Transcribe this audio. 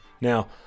Now